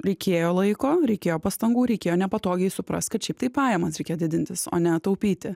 reikėjo laiko reikėjo pastangų reikėjo nepatogiai suprast kad šiaip tai pajamas reikia didintis o ne taupyti